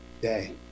day